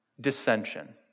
dissension